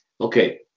okay